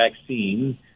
vaccine